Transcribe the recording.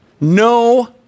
No